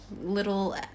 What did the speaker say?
little